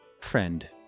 friend